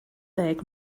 ddeg